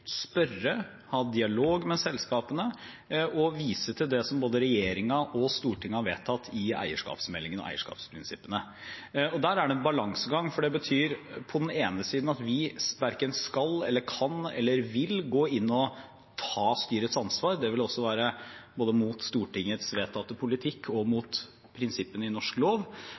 både regjeringen og Stortinget har vedtatt i eierskapsmeldingen og eierskapsprinsippene. Der er det en balansegang, for det betyr på den ene siden at vi verken skal eller kan eller vil gå inn og ta styrets ansvar. Det ville også være både mot Stortingets vedtatte politikk og mot prinsippene i norsk lov.